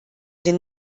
den